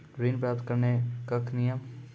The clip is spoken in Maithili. ऋण प्राप्त करने कख नियम?